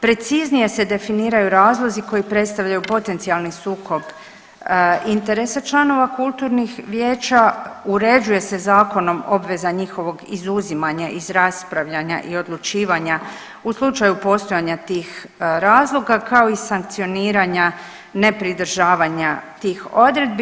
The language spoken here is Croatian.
Preciznije se definiraju razlozi koji predstavljaju potencijalni sukob interesa članova kulturnih vijeća, uređuje se zakonom obveza njihovog izuzimanja iz raspravljanja i odlučivanja u slučaju postojanja tih razloga kao i sankcioniranja ne pridržavanja tih odredbi.